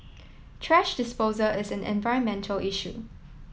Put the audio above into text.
thrash disposal is an environmental issue